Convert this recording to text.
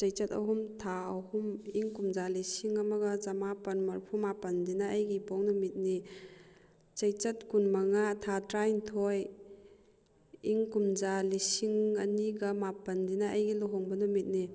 ꯆꯩꯆꯠ ꯑꯍꯨꯝ ꯊꯥ ꯑꯍꯨꯝ ꯏꯪ ꯀꯨꯝꯖꯥ ꯂꯤꯁꯤꯡ ꯑꯃꯒ ꯆꯃꯥꯄꯜ ꯃꯔꯐꯨ ꯃꯥꯄꯜꯁꯤꯅ ꯑꯩꯒꯤ ꯏꯄꯣꯛ ꯅꯨꯃꯤꯠꯅꯤ ꯆꯩꯆꯠ ꯀꯨꯟ ꯃꯪꯉꯥ ꯊꯥ ꯇꯔꯥꯅꯤꯊꯣꯏ ꯏꯪ ꯀꯨꯝꯖꯥ ꯂꯤꯁꯤꯡ ꯑꯅꯤꯒ ꯃꯥꯄꯜꯁꯤꯅ ꯑꯩꯒꯤ ꯂꯨꯍꯣꯡꯕ ꯅꯨꯃꯤꯠꯅꯤ